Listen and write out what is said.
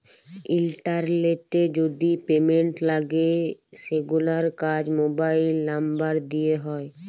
ইলটারলেটে যদি পেমেল্ট লাগে সেগুলার কাজ মোবাইল লামবার দ্যিয়ে হয়